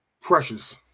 precious